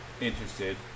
interested